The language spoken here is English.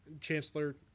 Chancellor